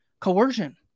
coercion